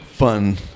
fun